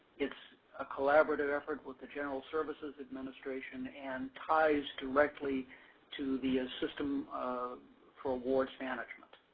its a collaborative effort with the general services administration and ties directly to the system for award management.